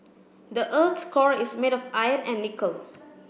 the earth's core is made of iron and nickel